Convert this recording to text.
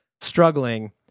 struggling